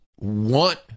want